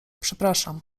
przepraszam